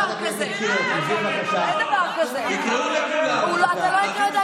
חבר הכנסת שוסטר, קראתי לך, לא היית כאן.